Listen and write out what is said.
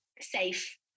safe